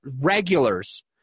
regulars